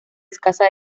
escasa